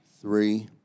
three